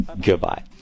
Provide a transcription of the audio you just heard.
Goodbye